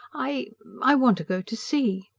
i. i want to go to sea.